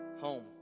home